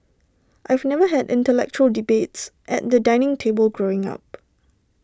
I've never had intellectual debates at the dining table growing up